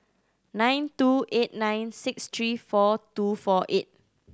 nine two eight nine six three four two four eight